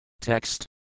Text